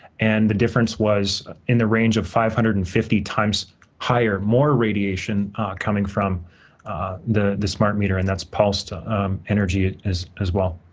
and the difference was in the range of five hundred and fifty times higher, more radiation coming from the the smart meter, and that's pulsed energy as as well.